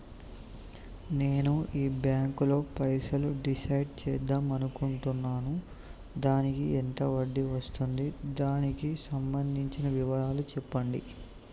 నేను ఈ బ్యాంకులో పైసలు డిసైడ్ చేద్దాం అనుకుంటున్నాను దానికి ఎంత వడ్డీ వస్తుంది దానికి సంబంధించిన వివరాలు చెప్పండి?